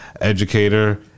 educator